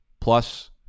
Plus